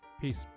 Peace